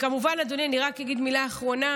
כמובן, אדוני, אני רק אגיד מילה אחרונה,